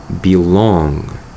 belong